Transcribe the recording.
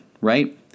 right